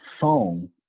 phone